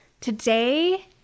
Today